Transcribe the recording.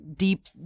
deep